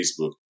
Facebook